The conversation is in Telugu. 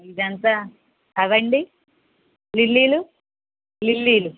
ఇదెంత అవండీ లిల్లీలు లిల్లీలు